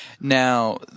Now